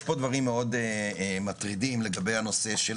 יש פה דברים מאוד מטרידים לגבי הנושא של